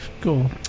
cool